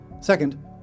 Second